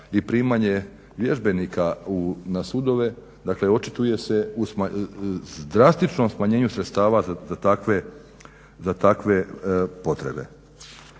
i primanje vježbenika na sudove, dakle očituje se u drastičnom smanjenju sredstava za takve potrebe.